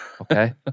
Okay